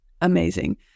Amazing